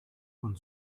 vom